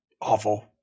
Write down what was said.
awful